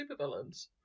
supervillains